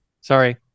Sorry